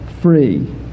free